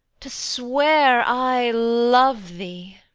to swear, i love thee.